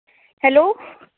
hello